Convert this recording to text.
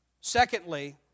Secondly